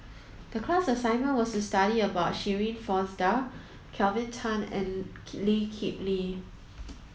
the class assignment was study about Shirin Fozdar Kelvin Tan and Lee Kip Lee